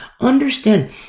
Understand